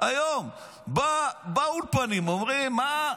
היום באולפנים אומרים: מה,